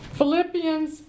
Philippians